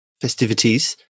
festivities